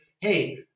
hey